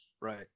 Right